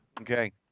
Okay